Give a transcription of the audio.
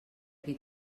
qui